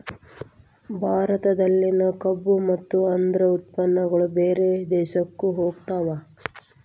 ಭಾರತದಲ್ಲಿನ ಕಬ್ಬು ಮತ್ತ ಅದ್ರ ಉತ್ಪನ್ನಗಳು ಬೇರೆ ದೇಶಕ್ಕು ಹೊಗತಾವ